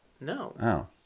No